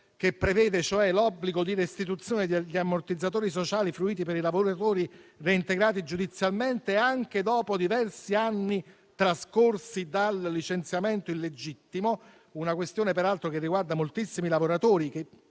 che prevede l'obbligo di restituzione degli ammortizzatori sociali fruiti da lavoratori reintegrati giudizialmente anche dopo diversi anni trascorsi dal licenziamento illegittimo. È una questione che peraltro riguarda moltissimi lavoratori, che